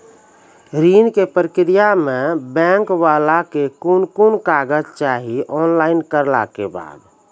ऋण के प्रक्रिया मे बैंक वाला के कुन कुन कागज चाही, ऑनलाइन करला के बाद?